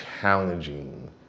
challenging